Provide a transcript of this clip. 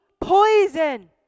poison